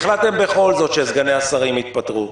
והחלטתם בכל זאת שסגני השרים יתפטרו,